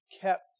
kept